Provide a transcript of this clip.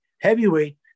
heavyweight